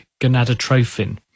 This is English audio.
gonadotrophin